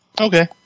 okay